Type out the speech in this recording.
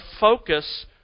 focus